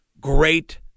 great